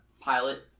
pilot